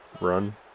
run